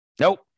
Nope